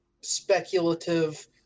speculative